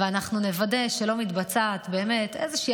ואנחנו נוודא שלא מתבצעת באמת איזושהי